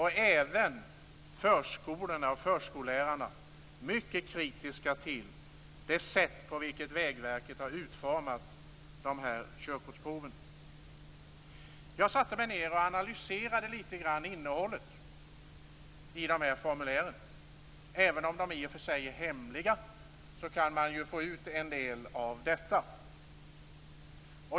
Även körskolorna och körskollärarna är mycket kritiska det sätt på vilket Vägverket har utformat dessa prov. Jag satte mig ned och analyserade innehållet i provet litet grand. Även om det i och för sig är hemligt kan man få ut en del av detta.